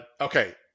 okay